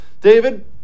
David